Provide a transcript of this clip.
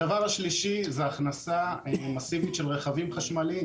דבר שלישי, הכנסה מסיבית של רכבים חשמליים.